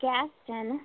Gaston